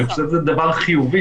אני חושב שזה דבר חיובי,